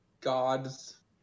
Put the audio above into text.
gods